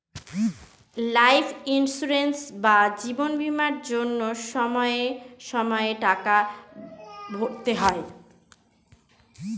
life insurance বা জীবন বীমার জন্য সময়ে সময়ে টাকা ভরতে হয়